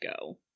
Go